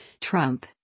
Trump